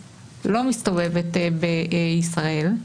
לא מסתובבת בישראל,